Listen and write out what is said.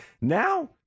Now